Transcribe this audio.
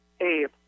Abe